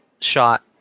shot